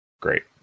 Great